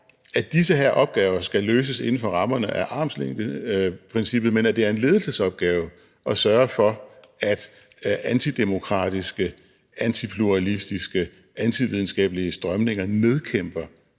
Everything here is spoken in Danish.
at disse opgaver skal løses inden for rammerne af armslængdeprincippet, men at det er en ledelsesopgave at sørge for, at antidemokratiske, antipluralistiske, antividenskabelige strømninger ikke nedkæmper